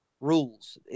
rules